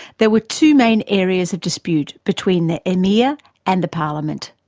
there were two main areas of dispute between the emir and the parliament.